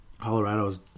Colorado's